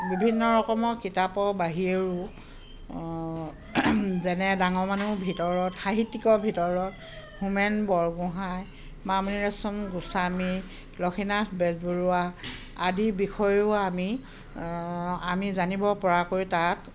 বিভিন্ন ৰকমৰ কিতাপৰ বাহিৰেও যেনে ডাঙৰ মানুহৰ ভিতৰত সাহিত্যিকৰ ভিতৰত হোমেন বৰগোঁহাই মামণি ৰয়চম গোস্বামী লক্ষ্মীনাথ বেজবৰুৱা আদিৰ বিষয়েও আমি আমি জানিব পৰাকৈ তাত